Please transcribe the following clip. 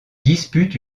dispute